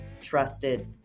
trusted